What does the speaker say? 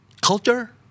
culture